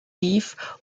tief